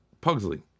Pugsley